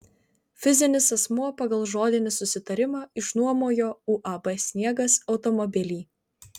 fizinis asmuo pagal žodinį susitarimą išnuomojo uab sniegas automobilį